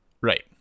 Right